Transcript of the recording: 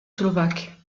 slovaques